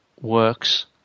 works